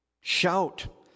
Shout